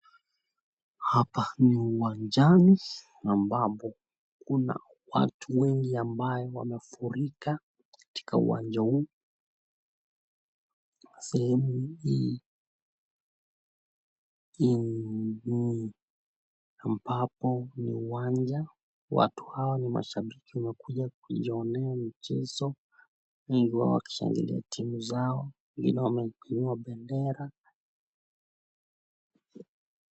Hapa ni uwanjani ambapo kuna watu wengi ambayo wamefurika katika uwanja huu na sehemu hii ambapo ni uwanja . Watu hawa ni mashabiki wamekuja kujionea michezo wengi wao wakishangilia timu zao wengine wameinua bendera .